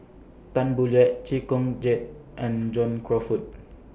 Tan Boo Liat Chee Kong Jet and John Crawfurd